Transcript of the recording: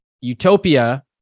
utopia